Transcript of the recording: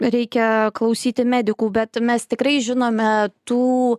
reikia klausyti medikų bet mes tikrai žinome tų